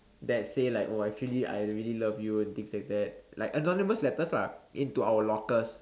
that say like oh actually like I really love you things like that like anonymous letters lah into our lockers